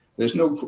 there's no